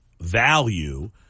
value